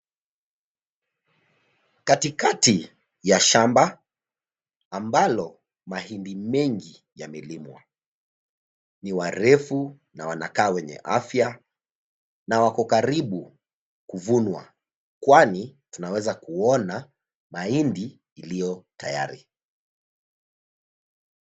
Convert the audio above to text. Katikati ya shamba, ambalo mahindi mengi yamelimwa. Ni warefu na wanakaa wenye afya, na wako karibu kuvunwa. Kwani tunaweza kuona mahindi iliyo tayari.